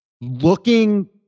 looking